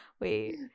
Wait